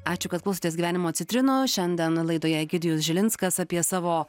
ačiū kad klausotės gyvenimo citrinų šiandien laidoje egidijus žilinskas apie savo